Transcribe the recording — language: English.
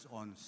on